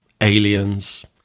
aliens